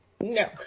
no